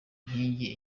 nkingi